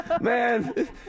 man